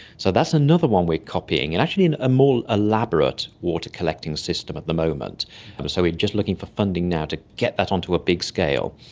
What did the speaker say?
so that's another one we're copying, and actually in a more elaborate water collecting system at the moment. and so we're just looking for funding now to get that on to a big scale.